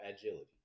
agility